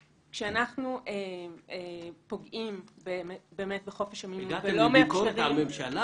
כשאנחנו פוגעים בחופש המימון ולא מאפשרים --- הגעתם לביקורת על הממשלה